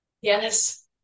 Yes